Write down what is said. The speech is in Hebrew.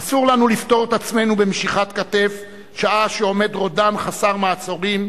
אסור לנו לפטור את עצמנו במשיכת כתף שעה שעומד רודן חסר מעצורים,